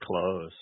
Close